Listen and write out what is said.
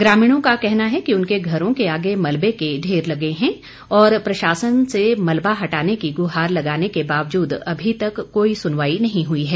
ग्रामीणों का कहना है कि उनके घरों के आगे मलबे के ढेर लगे हैं और प्रशासन से मलबा हटाने की गुहार लगाने के बावजूद अभी तक कोई सुनवाई नहीं हुई है